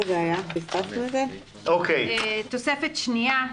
התוספת השנייה.